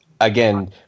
again